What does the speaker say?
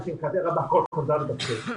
לשמחתי הרבה הכל חזר לתפקד.